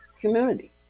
community